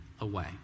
away